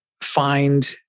find